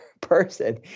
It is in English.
person